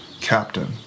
captain